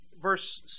verse